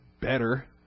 better